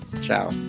Ciao